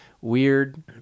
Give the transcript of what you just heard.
weird